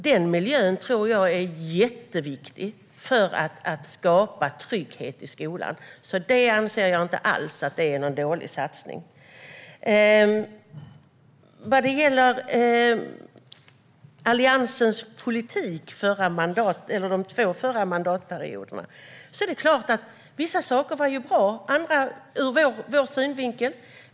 Den miljön tror jag är jätteviktig för att skapa trygghet i skolan, så jag anser inte alls att det är en dålig satsning. När det gäller Alliansens politik de två föregående mandatperioderna är det klart att vissa saker var bra ur vår synvinkel.